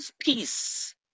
peace